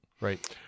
Right